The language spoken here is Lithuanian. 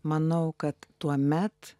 manau kad tuomet